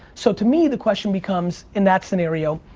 so to me the question becomes, in that scenario,